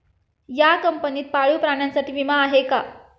या कंपनीत पाळीव प्राण्यांसाठी विमा आहे का?